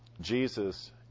Jesus